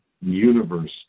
universe